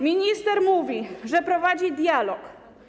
Minister mówi, że prowadzi dialog.